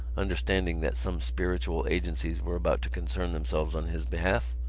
understanding that some spiritual agencies were about to concern themselves on his behalf,